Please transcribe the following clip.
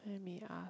let me ask